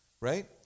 right